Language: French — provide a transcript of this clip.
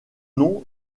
nom